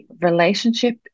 relationship